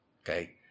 okay